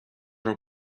are